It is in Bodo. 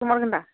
हरमारगोन दा